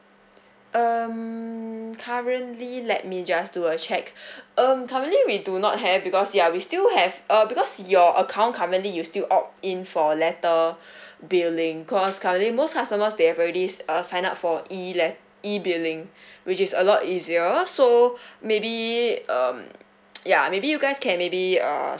um currently let me just do a check um currently we do not have because ya we still have err because your account currently you still opt in for letter billing cause currently most customers they have already s~ uh sign up for E let~ E billing which is a lot easier so maybe um ya maybe you guys can maybe uh